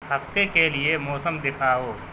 ہفتے کے لئے موسم دِکھاؤ